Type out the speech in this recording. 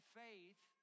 faith